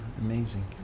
Amazing